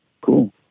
cool